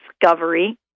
discovery